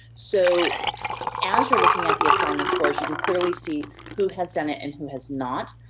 so as you're looking at the assignment scores you can clearly see who has done it, and who has not.